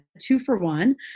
two-for-one